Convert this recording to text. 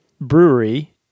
Brewery